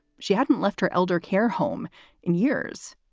she hadn't left her elder care home in years.